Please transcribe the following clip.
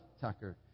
Tucker